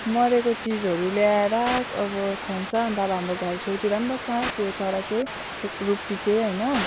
मरेको चिजहरू ल्याएर अब खुवाउँछ अनि त अब हाम्रो घर छेउतिर पनि बस्छ त्यो चरा चाहिँ रुप्पी चाहिँ हैन